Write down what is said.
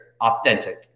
authentic